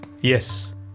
Yes